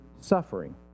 suffering